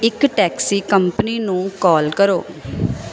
ਇੱਕ taxi company ਨੂੰ call ਕਰੋ